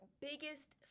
biggest